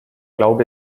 glaub